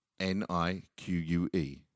N-I-Q-U-E